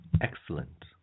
Excellent